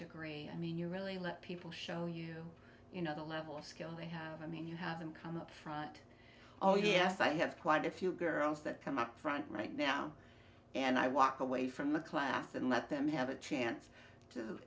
degree i mean you really let people show you you know the level of skill they have i mean you have them come up oh yes i have quite a few girls that come up front right now and i walk away from the class and let them have a chance to